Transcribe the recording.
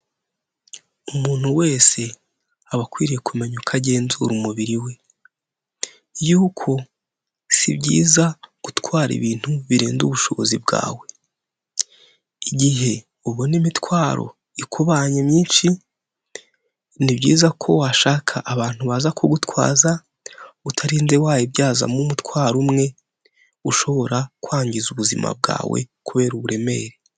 Umuntu wese aba akwiriye kumenya uko agenzura umubiri we, yuko si byiza gutwara ibintu birenze ubushobozi bwawe, igihe ubona imitwaro ikubanye myinshi ni byiza ko washaka abantu baza kugutwaza utarinde wayibyazamo umutwaro umwe ushobora kwangiza ubuzima bwawe kubera uburemere.